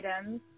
items